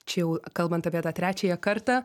čia jau kalbant apie tą trečiąją kartą